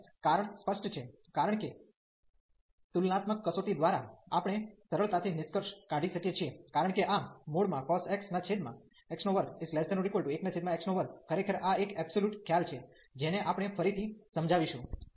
અને કારણ સ્પષ્ટ છે કારણ કે તુલનાત્મક કસોટી દ્વારા આપણે સરળતાથી નિષ્કર્ષ કાઢી શકીએ છીએ કારણ કે આ cos x x21x2 ખરેખર આ એક એબ્સોલ્યુટ ખ્યાલ છે જેને આપણે ફરીથી સમજાવીશું